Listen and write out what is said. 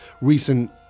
recent